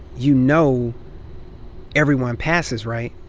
you know everyone passes, right?